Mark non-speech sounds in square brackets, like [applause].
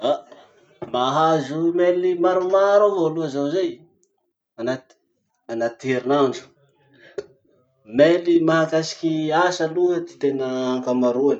Ah!, mahazo email maromaro avao aloha zaho zay anaty herinandro. [noise] Mail mahakasiky asa aloha ty tena ankamaroany.